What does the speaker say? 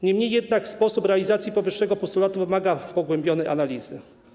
Niemniej jednak sposób realizacji powyższego postulatu wymaga pogłębionej analizy.